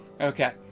Okay